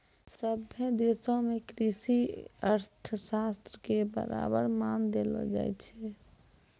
सभ्भे देशो मे कृषि अर्थशास्त्रो के बराबर मान देलो जाय छै